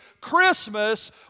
Christmas